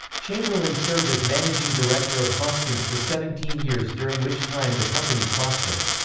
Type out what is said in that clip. chamberlain served as managing director of hoskins for seventeen years during which time the company prospered.